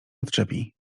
odczepi